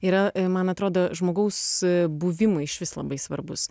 yra man atrodo žmogaus buvimui išvis labai svarbus